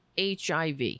HIV